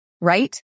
right